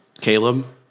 Caleb